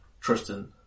Tristan